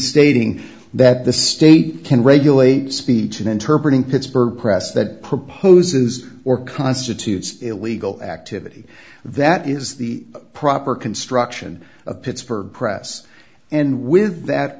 stating that the state can regulate speech and interpret in pittsburgh press that proposes or constitutes illegal activity that is the proper construction of pittsburgh press and with that